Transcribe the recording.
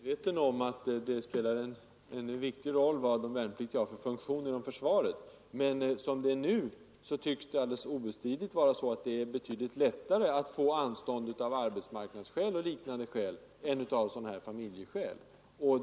Herr talman! Jag vill inte göra några andra kommentarer än dem jag värnpliktige har för funktion inom försvaret. Men som det är nu tycks det vara så att det är betydligt lättare att få anstånd av arbetsmarknadsskäl och liknande skäl än av familjeskäl.